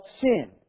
sin